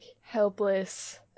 helpless